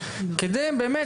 כדי באמת,